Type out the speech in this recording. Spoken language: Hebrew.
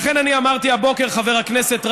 לכן, חבר הכנסת רז,